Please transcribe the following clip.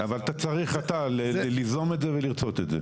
אבל, אתה צריך אתה ליזום את זה ולרצות את זה.